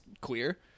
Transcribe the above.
Queer